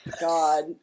God